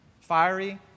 fiery